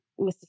Mr